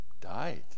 died